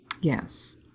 Yes